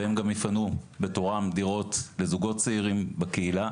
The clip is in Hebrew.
והם גם יפנו בתורם דירות לזוגות צעירים בקהילה.